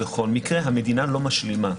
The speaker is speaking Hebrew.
המדינה לא משלימה.